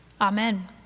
Amen